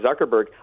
Zuckerberg